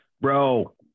Bro